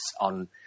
on